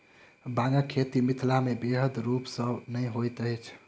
बांगक खेती मिथिलामे बृहद रूप सॅ नै होइत अछि